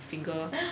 !huh!